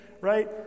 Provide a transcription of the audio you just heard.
right